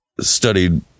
studied